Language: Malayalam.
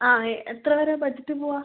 ആ എ എത്ര വരെ ബഡ്ജറ്റ് പോവാം